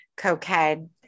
cokehead